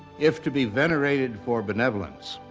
if to be venerated for benevolence,